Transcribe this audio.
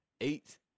eight